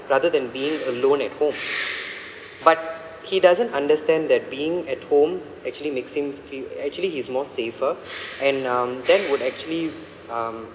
rather than being alone at home but he doesn't understand that being at home actually makes him feel actually he's more safer and um then would actually um